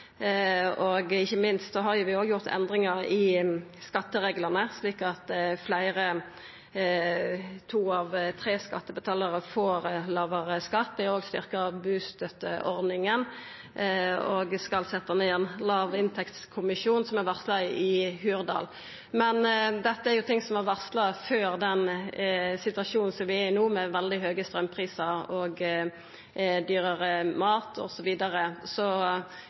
Ikkje minst har vi òg gjort endringar i skattereglane, slik at fleire – to av tre – skattebetalarar får lågare skatt. Vi har òg styrkt bustønadsordninga og skal setta ned ein låginntektskommisjon, som varsla i Hurdalsplattforma. Dette er ting som vart varsla før den situasjonen vi er i no, med veldig høge straumprisar, dyrare mat osv., så